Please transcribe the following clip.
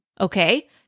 Okay